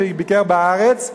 שביקר בארץ,